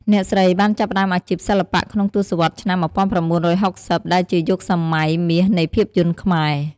អ្នកស្រីបានចាប់ផ្ដើមអាជីពសិល្បៈក្នុងទសវត្សរ៍ឆ្នាំ ១៩៦០ ដែលជាយុគសម័យមាសនៃភាពយន្តខ្មែរ។